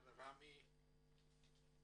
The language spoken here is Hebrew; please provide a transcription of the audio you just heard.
מר רמי אלגרבלי.